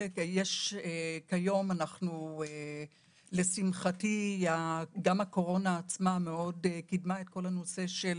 כיום לשמחתי הקורונה קדמה את כל הנושא של